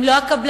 הם לא הקבלנים,